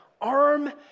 arm